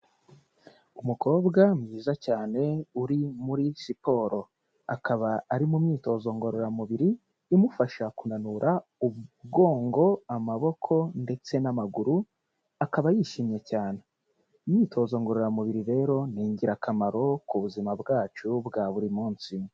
Umukobwa mwiza cyane uri muri siporo, akaba ari mu myitozo ngororamubiri imufasha kunanura umugongo, amaboko ndetse n'maguru akaba yishimye cyane. imyitozo ngororamubiri rero ni ingirakamaro ku buzima bwacu bwa buri munsi.